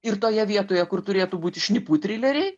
ir toje vietoje kur turėtų būti šnipų trileriai